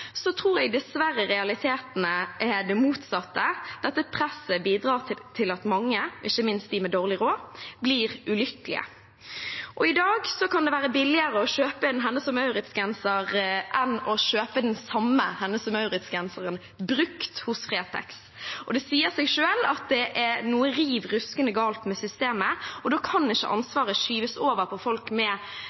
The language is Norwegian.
Så tror jeg dessverre realitetene er det motsatte – dette presset bidrar til at mange, ikke minst de med dårlig råd, blir ulykkelige. I dag kan det være billigere å kjøpe en ny Hennes & Mauritz-genser enn å kjøpe den samme Hennes & Mauritz-genseren brukt hos Fretex. Det sier seg selv at det er noe riv ruskende galt med systemet, og da kan ikke ansvaret skyves over på folk med